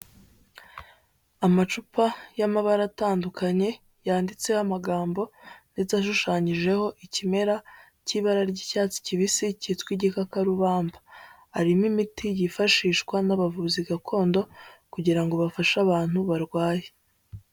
Amacupa y'amabara atandukanye yanditseho amagambo ndetse ashushanyijeho ikimera cy'ibara ry'icyatsi kibisi cyitwa igikakarubamba, harimo imiti yifashishwa n'abavuzi gakondo kugira ngo bafashe abantu barwaye.